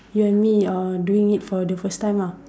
you and me are doing it for the first time lah